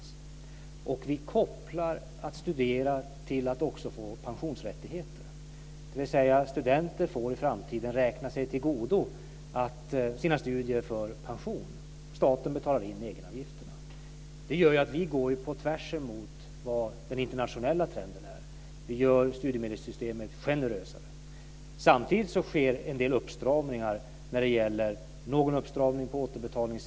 Vi gör också en sådan koppling att studierna också ger pensionsrättigheter, dvs. att studenter i framtiden får räkna sig till godo sina studier för pension. Staten betalar in egenavgifterna. Det gör ju att vi går på tvärs emot den internationella trenden. Vi gör studiemedelssystemet generösare. Samtidigt sker en del uppstramningar t.ex. när det gäller återbetalning.